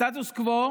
הסטטוס קוו